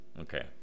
Okay